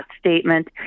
statement